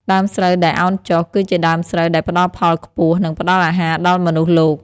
ដើមស្រូវដែលឱនចុះ គឺជាដើមស្រូវដែលផ្ដល់ផលខ្ពស់ និងផ្ដល់អាហារដល់មនុស្សលោក។